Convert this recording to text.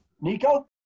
Nico